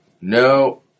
no